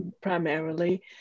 primarily